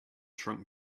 shrunk